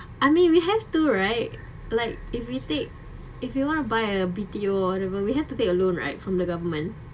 I mean we have to right like if we take if you want to buy a B_T_O or whatever we have to take a loan right from the government